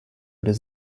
does